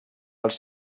els